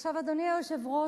אדוני היושב-ראש,